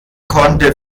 konnte